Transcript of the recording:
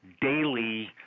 daily